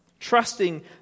trusting